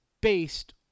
based